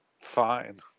Fine